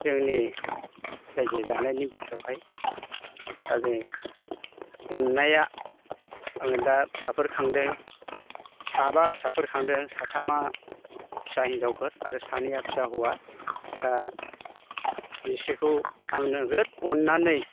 जोंनि रायजो जानायनि बिथोरावहाय दा जों अन्नाया आं दा फिसाफोर खांदों साबा फिसाफोर खांदों साथामा फिसा हिन्जावफोर आरो सानैया फिसा हौवा दा बिसोरखौ आं नोगोद अन्नानै